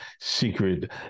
secret